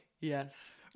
yes